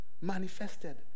manifested